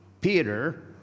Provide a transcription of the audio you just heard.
Peter